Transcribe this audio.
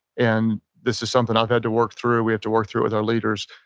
and this is something i've had to work through we have to work through it with our leaders.